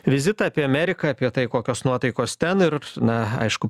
vizitą apie ameriką apie tai kokios nuotaikos ten ir na aišku